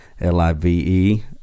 l-i-v-e